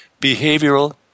Behavioral